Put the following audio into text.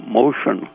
motion